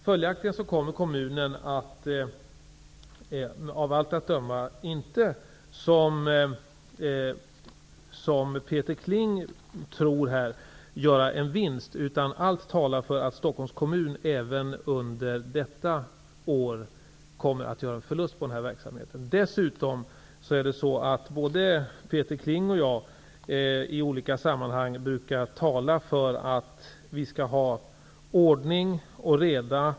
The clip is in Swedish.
Följaktligen kommer kommunen av allt att döma inte, som Peter Kling tror, att göra en vinst, utan allt talar för att Stockholms kommun även under detta år kommer att göra en förlust på denna verksamhet. Både Peter Kling och jag brukar i olika sammanhang tala för att det skall var ordning och reda.